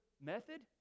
method